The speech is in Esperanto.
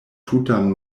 tutan